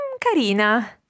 Carina